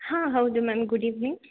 ಹಾಂ ಹೌದು ma'am good evening